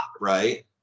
right